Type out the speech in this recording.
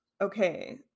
okay